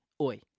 oi